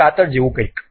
કાતર જેવું કંઈક છે